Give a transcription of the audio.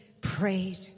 prayed